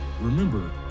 Remember